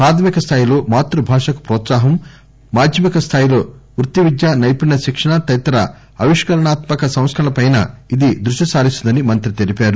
ప్రాధమిక స్థాయిలో మాతృభాషకు వ్రోత్సాహం మాధ్యమిక స్థాయిలో వృత్తివిద్యా నైపుణ్య శిక్షణ తదితర ఆవిష్కరణాత్మక సంస్కరణలపై ఇది దృష్టిసారిస్తుందని మంత్రి తెలిపారు